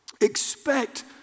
Expect